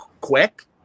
quick